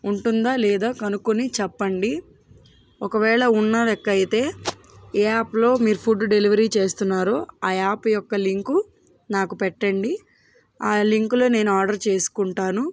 ఉంటుందా లేదా కనుక్కొని చెప్పండి ఒకవేళ ఉన్నలెక్క అయితే ఏ యాప్లో మీరు ఫుడ్ డెలివరీ చేస్తున్నారో ఆ యాప్ యొక్క లింకు నాకు పెట్టండి ఆ లింకులో నేను ఆర్డర్ చేసుకుంటాను